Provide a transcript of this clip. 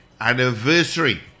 anniversary